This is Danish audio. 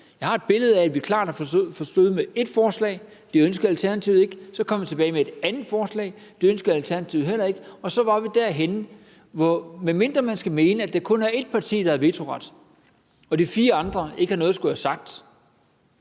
Jeg har et billede af, at vi klart har forsøgt med et forslag; det ønskede Alternativet ikke at støtte. Så kom vi tilbage med et andet forslag; det ønskede Alternativet heller ikke at støtte. Og så var vi derhenne, hvor de fire partier var enige om – medmindre man måtte mene, at det kun var ét parti, der have vetoret, og de fire andre ikke havde noget at skulle have sagt